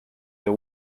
the